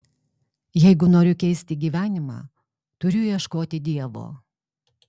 jeigu noriu keisti gyvenimą turiu ieškoti dievo